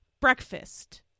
breakfast